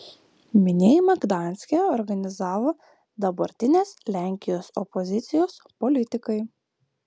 minėjimą gdanske organizavo dabartinės lenkijos opozicijos politikai